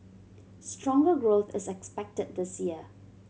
stronger growth is expected this year